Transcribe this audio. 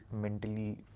mentally